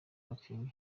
banking